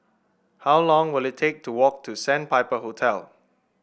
how long will it take to walk to Sandpiper Hotel